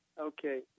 Okay